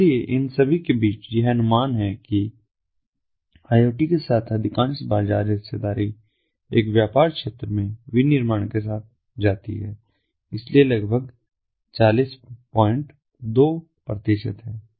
इसलिए इन सभी के बीच यह अनुमान है कि आई ओ टी के साथ अधिकांश बाजार हिस्सेदारी एक व्यापार क्षेत्र में विनिर्माण के साथ जाती है इसलिए लगभग 402 है